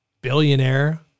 billionaire